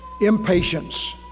impatience